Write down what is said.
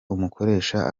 umukoresha